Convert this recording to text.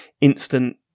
instant